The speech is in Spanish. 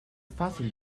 fácil